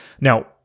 Now